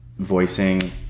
Voicing